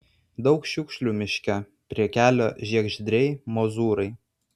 daug šiukšlių miške prie kelio žiegždriai mozūrai